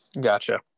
Gotcha